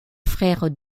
frères